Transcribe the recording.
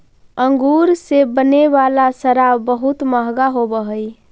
अंगूर से बने वाला शराब बहुत मँहगा होवऽ हइ